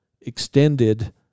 extended